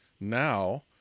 now